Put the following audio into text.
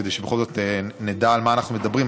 כדי שבכל זאת נדע על מה אנחנו מדברים.